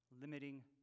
limiting